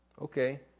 Okay